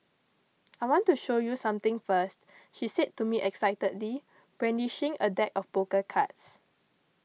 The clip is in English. I want to show you something first she said to me excitedly brandishing a deck of poker cards